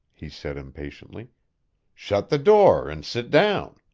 he said impatiently shut the door and sit down.